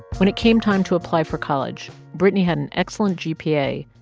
when it came time to apply for college, brittany had an excellent gpa.